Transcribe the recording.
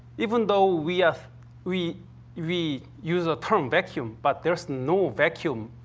even though we are we we use the term vacuum, but there's no vacuum